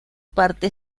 parte